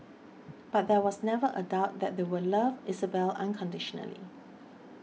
but there was never a doubt that they would love Isabelle unconditionally